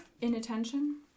inattention